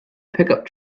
pickup